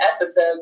episode